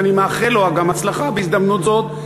ואני מאחל לו גם הצלחה בהזדמנות הזאת,